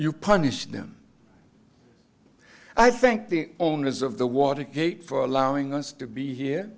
you punish them i think the owners of the watergate for allowing us to be here